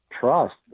trust